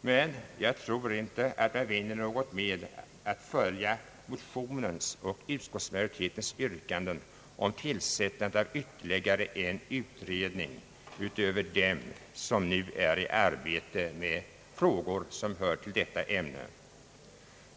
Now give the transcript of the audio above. Men jag tror inte att man vinner något med att följa motionens och utskottsmajoritetens yrkande om tillsättande av ytterligare en utredning utöver dem som nu är i arbete med frågor som hör till detta ämne.